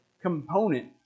component